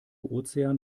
ozean